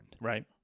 Right